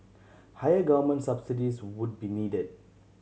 higher government subsidies would be needed